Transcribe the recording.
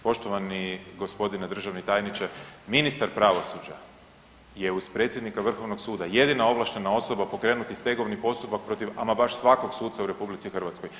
Poštovani g. državni tajniče, ministar pravosuđa je uz predsjednika Vrhovnog suda jedina ovlaštena osoba pokrenuti stegovni postupak protiv ama baš svakog suca u RH.